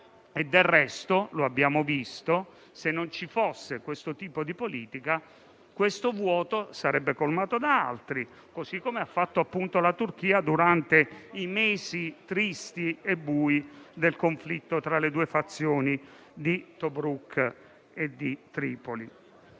Del resto, lo abbiamo visto: se non ci fosse questo tipo di politica, il vuoto sarebbe colmato da altri, così come ha fatto appunto la Turchia durante i mesi tristi e bui del conflitto tra le due fazioni di Tobruk e di Tripoli.